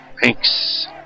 Thanks